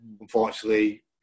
unfortunately